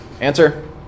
Answer